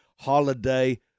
Holiday